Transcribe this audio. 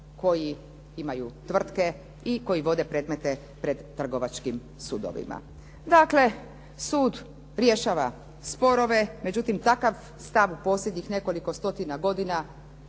koji imaju tvrtke i koji vode predmete pred trgovačkim sudovima. Dakle, sud rješava sporove, međutim, takav stav u posljednjih nekoliko stotina godina